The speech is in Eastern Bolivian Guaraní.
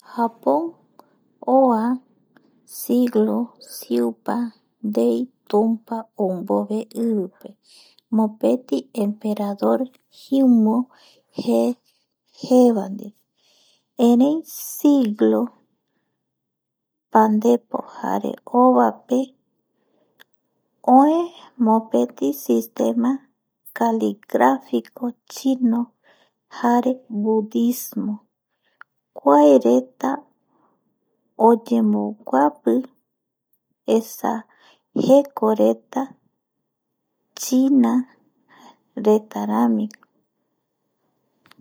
Japon oa siglo siupa ndei Tumpa ou mbove ivipe mopeti emperador himan je jeva erei siglo pandepo jare ovape oe mopeti sistema calígrafico China jare Budismo kuae reta jaeko esa jekoreta china jekorami